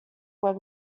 were